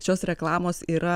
šios reklamos yra